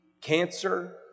cancer